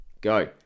Go